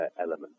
element